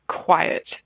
quiet